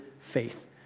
faith